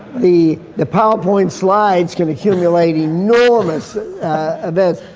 the the powerpoint slides can accumulate enormous ah depth.